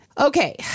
okay